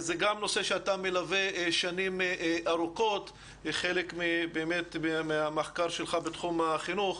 זה נושא שאתה מלווה שנים ארוכות כחלק מהמחקר שלך בתחום החינוך.